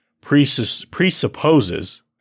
presupposes